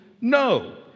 no